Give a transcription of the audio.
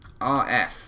RF